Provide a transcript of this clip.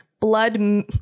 blood